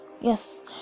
yes